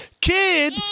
Kid